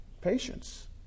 Patience